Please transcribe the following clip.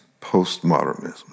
postmodernism